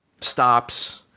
stops